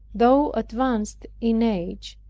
though advanced in age,